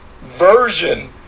version